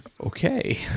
Okay